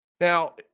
Now